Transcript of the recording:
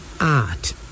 art